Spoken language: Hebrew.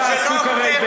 אתה עסוק הרי,